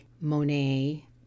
Monet